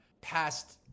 past